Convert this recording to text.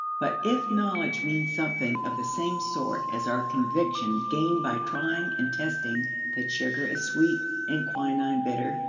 but if knowledge means something of the same sort as our conviction gained by trying and testing that sugar is sweet and quinine bitter,